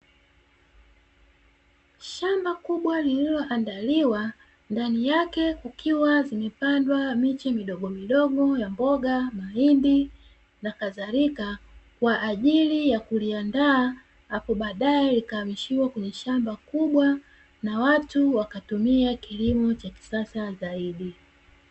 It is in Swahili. Shamba kubwa lililoandaliwa ndani yake kukiwa vimepandwa miche midogomidogo ya mboga, mahindi nakadhalika kwa ajili ya kuliandaa hapo baadaye ikahamishiwa kwenye shamba kubwa, na watu wakatumia kilimo cha kisasa zaidi.